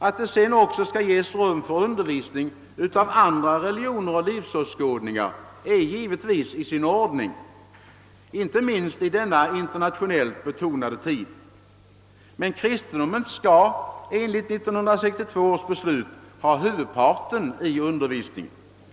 Att det sedan också skall ges rum för undervisning om andra religioner och livsåskådningar är givetvis i sin ordning — inte minst i denna internationellt betonade tid. Men kristendomen skall enligt 1962 års beslut ägnas huvudparten av undervisningen.